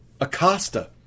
Acosta